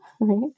Right